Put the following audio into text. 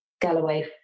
Galloway